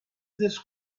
this